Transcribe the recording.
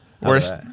Worst